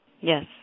Yes